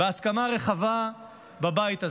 בהסכמה רחבה בבית הזה.